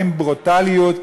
באים בברוטליות.